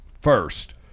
first